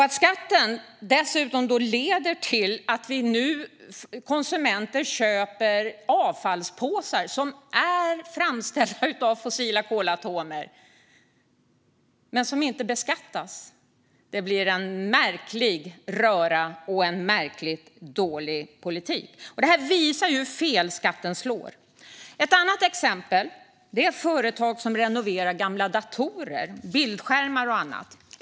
Att skatten dessutom leder till att konsumenter nu köper avfallspåsar som är framställda av fossila kolatomer, men som inte beskattas, blir en märklig röra och en märkligt dålig politik. Detta visar hur fel skatten slår. Ett annat exempel är företag som renoverar gamla datorer, bildskärmar och annat.